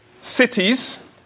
Cities